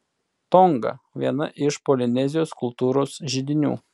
tonga viena iš polinezijos kultūros židinių